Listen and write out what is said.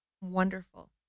Wonderful